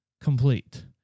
complete